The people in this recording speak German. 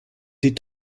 die